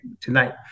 tonight